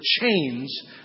chains